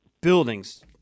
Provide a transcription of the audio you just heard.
buildings